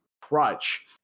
crutch